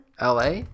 LA